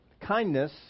Kindness